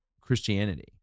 Christianity